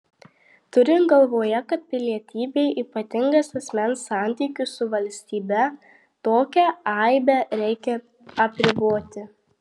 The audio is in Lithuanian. turint galvoje kad pilietybė ypatingas asmens santykis su valstybe tokią aibę reikia apriboti